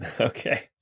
Okay